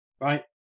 right